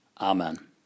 Amen